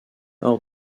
hors